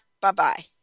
Bye-bye